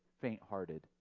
faint-hearted